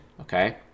okay